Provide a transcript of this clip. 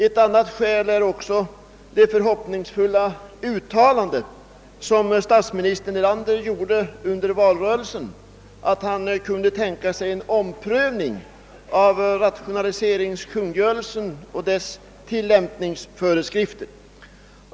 Ett annat skäl är det förhoppningsfulla uttalande statsminister Erlander gjorde under valrörelsen, att han kunde tänka sig en omprövning av rationaliseringskungörelsen och dess tillämpningsföreskrifter.